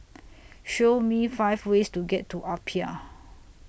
Show Me five ways to get to Apia